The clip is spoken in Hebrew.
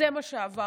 זה מה שעברנו.